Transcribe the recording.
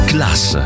Class